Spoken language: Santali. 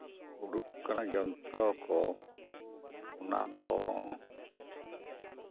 ᱩᱰᱩᱠ ᱠᱟᱱᱟ ᱡᱚᱱᱛᱚᱨᱚ ᱠᱚ ᱚᱱᱟ ᱫᱚ